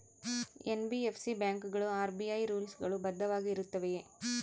NBFC ಬ್ಯಾಂಕುಗಳು RBI rules ಗಳು ಬದ್ಧವಾಗಿ ಇರುತ್ತವೆಯ?